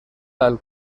tal